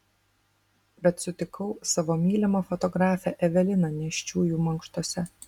bet sutikau savo mylimą fotografę eveliną nėščiųjų mankštose